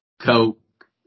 coke